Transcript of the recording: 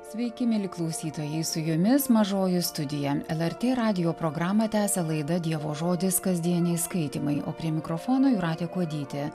sveiki mieli klausytojai su jumis mažoji studija lrt radijo programą tęsia laida dievo žodis kasdieniai skaitymai o prie mikrofono jūratė kuodytė